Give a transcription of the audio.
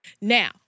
Now